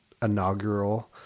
inaugural